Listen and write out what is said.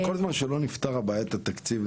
אבל כל זמן שלא נפתרת בעיית התקציב,